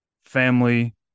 family